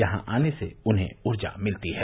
यहां आने से उन्हें ऊर्जा मिलती है